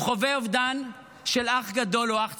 הוא חווה אובדן של אח גדול או אח צעיר,